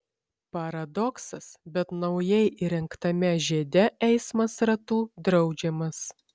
paradoksas bet naujai įrengtame žiede eismas ratu draudžiamas